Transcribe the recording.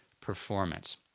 performance